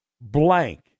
blank